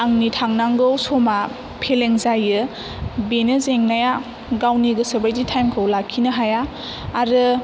आंनि थांनांगौ समा फेलें जायो बेनो जेंनाया गावनि गोसोबादि टाइमखौ लाखिनो हाया आरो